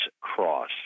Cross